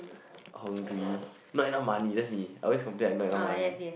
hungry not enough money that's me I always complain I not enough money